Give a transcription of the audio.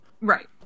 Right